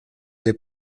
des